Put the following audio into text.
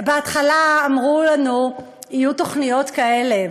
בהתחלה אמרו לנו: יהיו תוכניות כאלה,